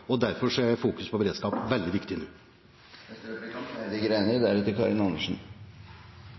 migrasjonsbølge. Derfor er fokuset på beredskap veldig viktig